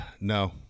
No